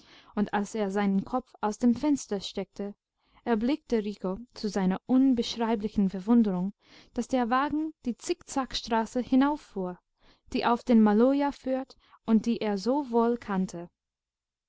und als er seinen kopf aus dem fenster steckte erblickte rico zu seiner unbeschreiblichen verwunderung daß der wagen die zickzackstraße hinauffuhr die auf den maloja führt und die er so wohl kannte